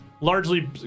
largely